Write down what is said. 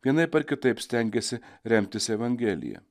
vienaip ar kitaip stengiasi remtis evangelija